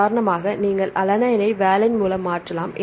உதாரணமாக நீங்கள் அலனைனை ஐ வாலைன் மூலம் மாற்றலாம்